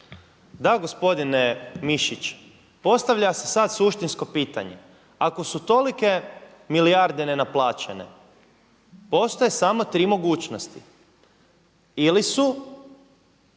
Da gospodine Mišić, postavlja se sada suštinsko pitanje, ako su tolike milijarde nenaplaćene postoje samo tri mogućnosti ili su